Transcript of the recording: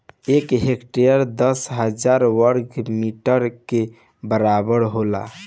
एक हेक्टेयर दस हजार वर्ग मीटर के बराबर होला